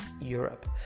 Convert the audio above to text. Europe